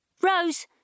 Rose